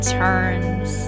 turns